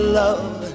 love